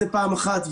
זה פעם אחת.